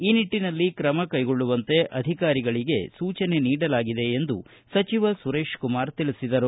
ಈ ನಿಟ್ಟನಲ್ಲಿ ಕ್ರಮ ಕೈಗೊಳ್ಳುವಂತೆ ಅಧಿಕಾರಿಗಳಿಗೆ ಸೂಚನೆ ನೀಡಲಾಗಿದೆ ಎಂದು ಸಚಿವ ಸುರೇಶ್ಕುಮಾರ್ ತಿಳಿಸಿದರು